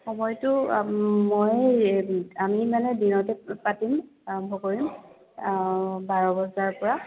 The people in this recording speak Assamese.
সময়টো মই এই আমি মানে দিনতে পাতিম আৰম্ভ কৰিম বাৰ বজাৰপৰা